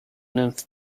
nymph